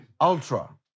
Ultra